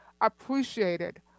appreciated